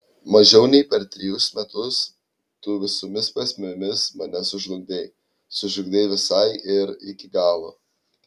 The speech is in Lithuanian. mažiau nei per trejus metus tu visomis prasmėmis mane sužlugdei sužlugdei visai ir iki galo